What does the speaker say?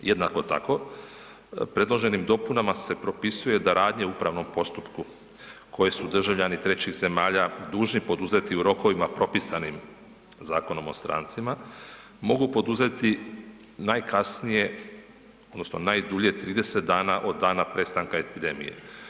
Jednako tako, predloženim dopunama se propisuje da radnje u upravnom postupku koji su državljani trećih zemalja dužni poduzeti u rokovima propisanim Zakonom o strancima, mogu poduzeti najkasnije odnosno najdulje 30 dana od dana prestanka epidemije.